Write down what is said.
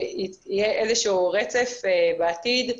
שיהיה איזשהו רצף בעתיד.